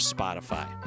Spotify